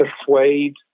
persuade